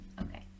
Okay